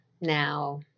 Now